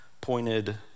pointed